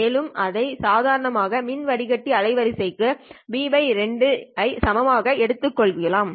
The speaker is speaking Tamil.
மேலும் அதை சாதாரணமாக மின் வடிகட்டி அலைவரிசைக்கு B2 ஐ சமமாக எடுத்துக்கொள்வோம்